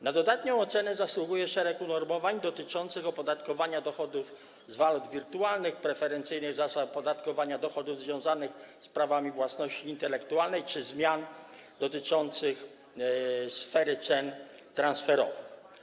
Na dodatnią ocenę zasługuje szereg unormowań dotyczących opodatkowania dochodów z walut wirtualnych, preferencyjnych zasad opodatkowania dochodów związanych z prawami własności intelektualnej czy zmian dotyczących sfery cen transferowych.